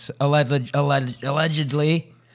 allegedly